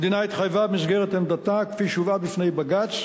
המדינה התחייבה במסגרת עמדתה כפי שהובאה בפני בג"ץ,